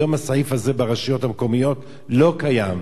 היום הסעיף הזה ברשויות המקומיות לא קיים,